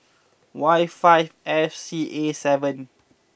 Y five F C A seven